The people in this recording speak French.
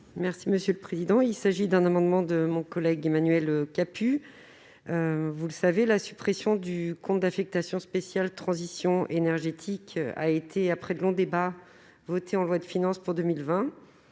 Merci monsieur le président, il s'agit d'un amendement de mon collègue, Emmanuel Capus, vous le savez, la suppression du compte d'affectation spéciale Transition énergétique a été après de longs débats, voté en loi de finances pour 2020